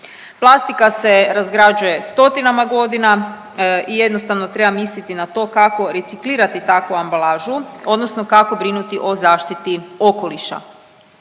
Plastika se razgrađuje stotinama godina i jednostavno treba misliti na to kako reciklirati takvu ambalažu odnosno kako brinuti o zaštiti okoliša.